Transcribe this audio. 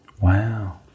Wow